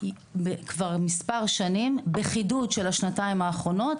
כבר מספר שנים, בחידוד של השנתיים האחרונות.